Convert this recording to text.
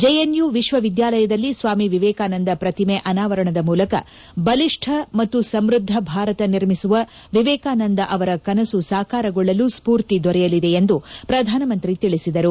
JNU ವಿಶ್ವವಿದ್ಯಾಲಯದಲ್ಲಿ ಸ್ಲಾಮಿ ವಿವೇಕಾನಂದ ಪ್ರತಿಮೆ ಅನಾವರಣದ ಮೂಲಕ ಬಲಿಷ್ಟ ಮತ್ತು ಸಮ್ನದ್ಲ ಭಾರತ ನಿರ್ಮಿಸುವ ವಿವೇಕಾನಂದ ಅವರ ಕನಸು ಸಾಕಾರಗೊಳ್ಳಲು ಸ್ಪೂರ್ತಿ ದೊರೆಯಲಿದೆ ಎಂದು ಪ್ರಧಾನಮಂತ್ರಿ ತಿಳಿಸಿದರು